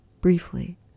Briefly